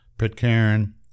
Pitcairn